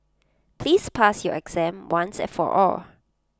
please pass your exam once and for all